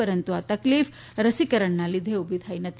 પરંતુ આ તકલીફ રસીકરણનાં લીધે ઉભી થઈ નથી